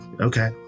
okay